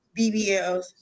BBLs